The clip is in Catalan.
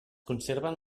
conserven